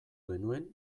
genuen